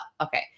okay